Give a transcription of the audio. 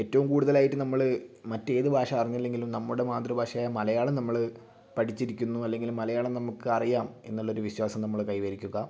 ഏറ്റവും കൂടുതലായിട്ട് നമ്മൾ മറ്റേത് ഭാഷ അറിഞ്ഞില്ലെങ്കിലും നമ്മുടെ മാതൃഭാഷയായ മലയാളം നമ്മൾ പഠിച്ചിരിക്കുന്നു അല്ലെങ്കിൽ മലയാളം നമുക്ക് അറിയാം എന്നുള്ളൊരു വിശ്വാസം നമ്മൾ കൈവരിക്കുക